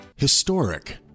Historic